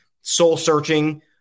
soul-searching